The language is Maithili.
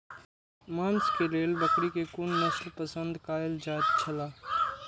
मांस के लेल बकरी के कुन नस्ल पसंद कायल जायत छला?